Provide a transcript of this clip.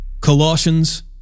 Colossians